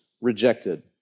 rejected